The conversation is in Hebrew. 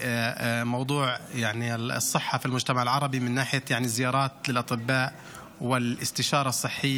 אני מתכבד להזמין את ראשון הדוברים חבר הכנסת